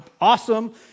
awesome